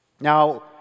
Now